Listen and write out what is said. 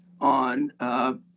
on